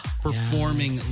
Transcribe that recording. performing